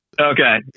Okay